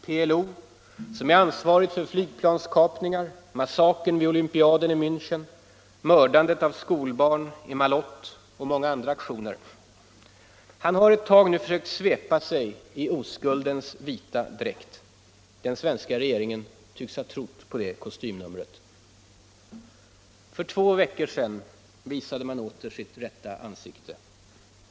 PLO — som är ansvarigt för flygplanskapningar, massakern vid olympiaden i Mänchen, mördandet av skolbarn i Maalot och många andra aktioner — har ett tag försökt svepa sig i oskuldens vita dräkt. Den svenska regeringen tycks ha trott på det kostymnumret. För två veckor sedan visade man åter sitt rätta ansikte.